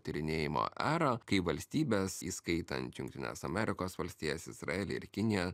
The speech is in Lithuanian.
tyrinėjimo era kai valstybės įskaitant jungtines amerikos valstijas izraelį ir kiniją